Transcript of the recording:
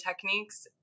techniques